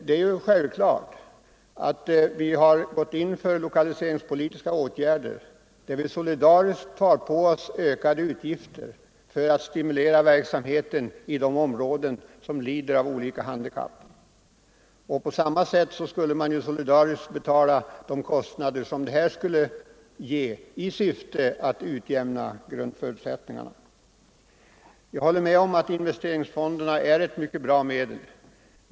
Vi har emellertid här i landet vidtagit lokaliseringspolitiska åtgärder, där vi solidariskt tagit på oss ökade utgifter för att stimulera verksamheten i de områden som lider av olika handikapp. På samma sätt skulle vi solidariskt betala de kostnader som här uppstår. Jag håller med om att investeringsfonderna är ett bra medel.